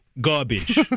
garbage